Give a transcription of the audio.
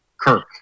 Kirk